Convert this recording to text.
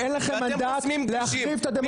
רק אין לכם מנדט להחריב את הדמוקרטיה.